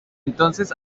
entonces